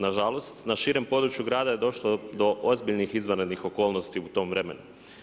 Na žalost, na širem području grada je došlo do ozbiljnih izvanrednih okolnosti u tom vremenu.